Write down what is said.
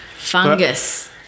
Fungus